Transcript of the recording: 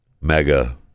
mega